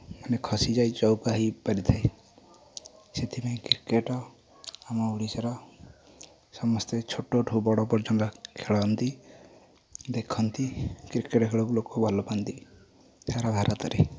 ଖସି ଯାଇ ଚୌଉକା ହୋଇପାରିଥାଏ ସେଇଥିପାଇଁ କ୍ରିକେଟ ଆମ ଓଡ଼ିଶାର ସମସ୍ତେ ଛୋଟରୁ ବଡ଼ ପର୍ଯ୍ୟନ୍ତ ଖେଳନ୍ତି ଦେଖନ୍ତି କ୍ରିକେଟ ଖେଳକୁ ଲୋକ ଭଲ ପାଆନ୍ତି ସାରା ଭାରତରେ